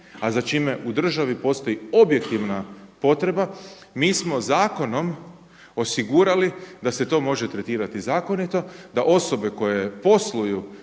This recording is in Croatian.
a za čime u državi postoji objektivna potreba mi smo zakonom osigurali da se to može tretirati zakonito, da osobe koje posluju,